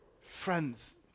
Friends